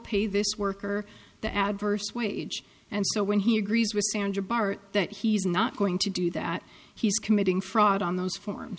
pay this worker the adverse wage and so when he agrees with sandra bart that he's not going to do that he's committing fraud on those forms